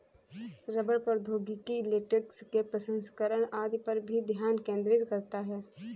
रबड़ प्रौद्योगिकी लेटेक्स के प्रसंस्करण आदि पर भी ध्यान केंद्रित करता है